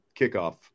kickoff